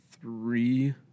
three